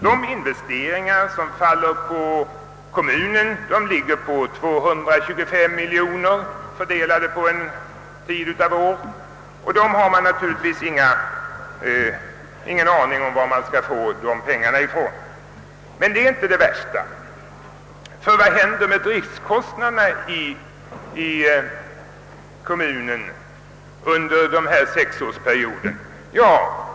De investeringar som faller på kommunen ligger på 225 miljoner, fördelade på vissa år. Man har naturligtvis ingen aning om varifrån man skall kunna få dessa pengar. Men det är inte det värsta. Vad händer med driftkostnaderna i kommunen under denna sexårsperiod?